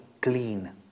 clean